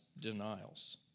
denials